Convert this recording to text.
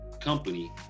company